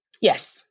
Yes